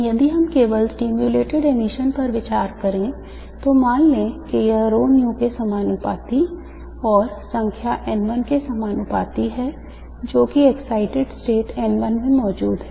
यदि हम केवल stimulated emission पर विचार करें तो मान लें कि यह ρν के समानुपाती और संख्या N1 के समानुपाती है जो कि excited state N1 में मौजूद है